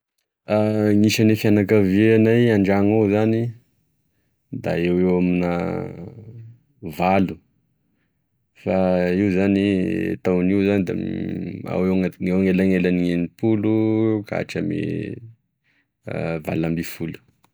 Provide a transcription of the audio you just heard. Gn'isagne fianakavianay andragno ao zany da eoeo amina valo fa io zany tao nio zany da eo- eo anelanelany enipolo katramigne valo amby folo.